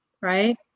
right